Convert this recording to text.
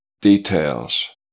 details